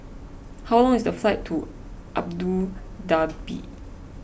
how long is the flight to Abu Dhabi